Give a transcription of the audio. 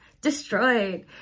destroyed